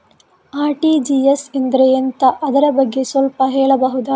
RTGS ಅಂದ್ರೆ ಎಂತ ಅದರ ಬಗ್ಗೆ ಸ್ವಲ್ಪ ಹೇಳಬಹುದ?